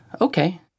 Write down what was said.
okay